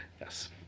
Yes